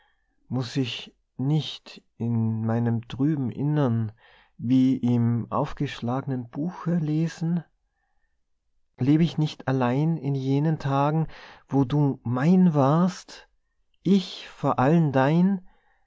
muß ich nicht in meinem trüben innern wie im aufgeschlagnen buche lesen leb ich nicht allein in jenen tagen wo du mein warst ich vor allen dein